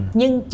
nhưng